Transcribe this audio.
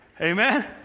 Amen